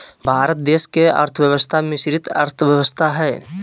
भारत देश के अर्थव्यवस्था मिश्रित अर्थव्यवस्था हइ